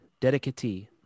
Dedicatee